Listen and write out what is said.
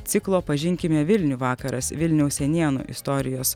ciklo pažinkime vilnių vakaras vilniaus senienų istorijos